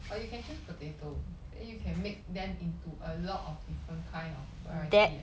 or you can choose potato then you can make them into a lot of different kind of variety of